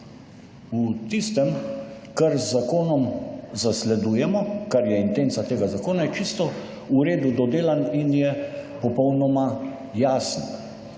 V tistem, kar z zakonom zasledujemo, kar je intenca tega zakona, je čisto v redu dodelan in je popolnoma jasen.